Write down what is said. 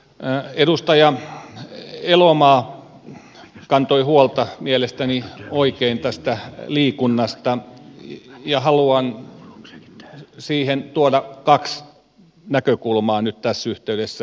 edustaja elomaa kantoi huolta mielestäni oikein tästä liikunnasta ja haluan siihen tuoda kaksi näkökulmaa nyt tässä yhteydessä